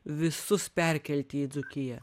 visus perkelti į dzūkiją